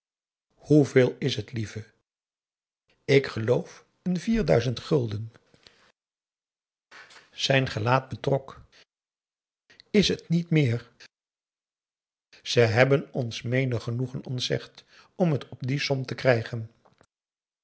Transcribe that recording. hoeveel is het lieve ik geloof n vierduizend gulden zijn gelaat betrok is het niet meer we hebben ons menig genoegen ontzegd om het op die som te krijgen